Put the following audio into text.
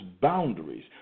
boundaries